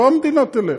לא המדינה תלך.